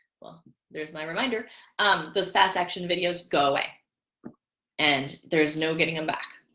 well there's my reminder those fast action videos go away and there's no getting him back